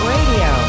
Radio